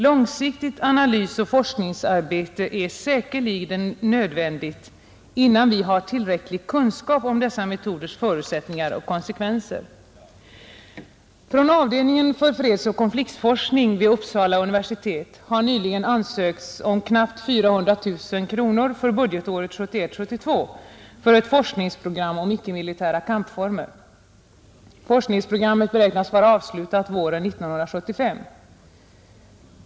Långsiktigt analysoch forskningsarbete är säkerligen nödvändigt innan vi har tillräcklig kunskap om dessa metoders förutsättningar och konsekvenser. universitet har nyligen ansökts om knappt 400 000 kronor för budgetåret 1971/72 för ett forskningsprogram om icke-militära kampformer. Forskningsprogrammet beräknas vara avslutat våren 1975.